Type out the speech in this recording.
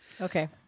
Okay